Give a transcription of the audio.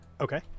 Okay